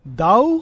Thou